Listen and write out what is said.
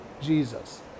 Jesus